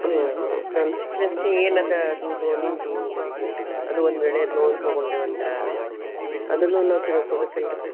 ಹ್ಞೂ ಹ್ಞೂ ಕಾನ್ಸಿಕ್ವೆನ್ಸಿ ಏನು ಅದಾ ಅದು ಲೋನಿಂದು ಅದು ಒಂದುವೇಳೆ ಲೋನ್ ತೊಗೊಂಡೆವು ಅಂದ್ರೆ ಅದನ್ನೂ ನಾವು ತಿಳ್ಕೋಬೇಕಲ್ರಿ